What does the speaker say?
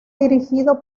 dirigido